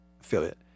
affiliate